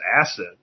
asset